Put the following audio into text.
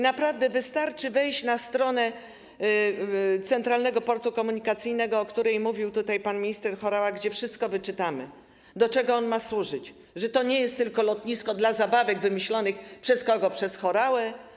Naprawdę wystarczy wejść na stronę Centralnego Portu Komunikacyjnego, o której mówił pan minister Horała, gdzie wszystko wyczytamy: do czego ma służyć, że to nie jest tylko lotnisko dla zabawek wymyślonych przez kogo, przez Horałę?